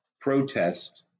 protest